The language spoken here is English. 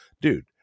Dude